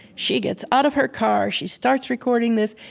she gets out of her car. she starts recording this,